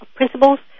principles